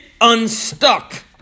unstuck